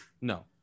No